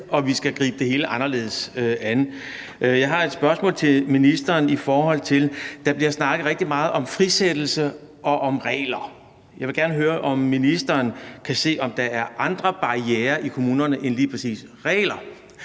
og vi skal gribe det hele anderledes an. Jeg har et spørgsmål til ministeren i forhold til, at der bliver snakket rigtig meget om frisættelse og om regler. Jeg vil gerne høre, om ministeren kan se, om der er andre barrierer i kommunerne end lige præcis regler,